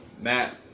Matt